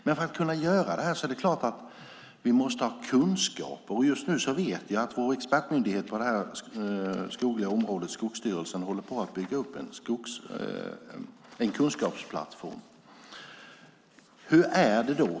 Men för att kunna göra det här är det klart att vi måste ha kunskaper. Just nu vet jag att vår expertmyndighet på det skogliga området, Skogsstyrelsen, håller på att bygga upp en kunskapsplattform.